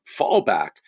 fallback